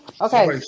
Okay